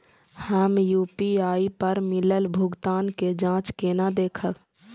हम यू.पी.आई पर मिलल भुगतान के जाँच केना देखब?